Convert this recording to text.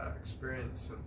experience